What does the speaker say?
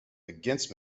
against